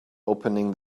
opening